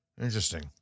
Interesting